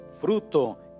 fruto